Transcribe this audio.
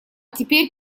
теперь